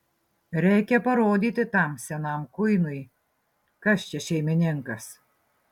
reikia parodyti tam senam kuinui kas čia šeimininkas